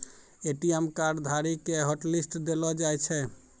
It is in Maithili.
ए.टी.एम कार्ड धारी के हॉटलिस्ट देलो जाय छै